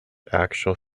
actual